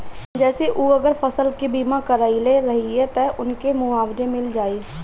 जेसे उ अगर फसल के बीमा करइले रहिये त उनके मुआवजा मिल जाइ